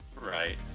right